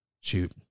shoot